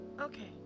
Okay